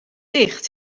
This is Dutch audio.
dicht